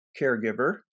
caregiver